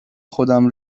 خودم